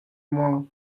maw